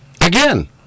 Again